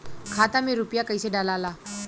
खाता में रूपया कैसे डालाला?